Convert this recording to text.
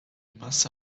masse